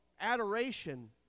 Adoration